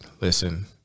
Listen